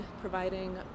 providing